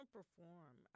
Perform